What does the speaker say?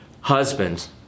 Husbands